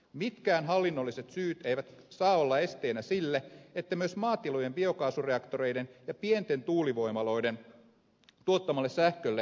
mitkään hallinnolliset syyt eivät saa olla esteenä sille että myös maatilojen biokaasureaktoreiden ja pienten tuulivoimaloiden tuottamalle sähkölle saadaan syöttötariffit